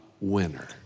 winner